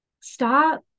stop